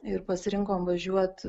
ir pasirinkom važiuot